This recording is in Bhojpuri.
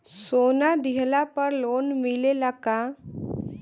सोना दिहला पर लोन मिलेला का?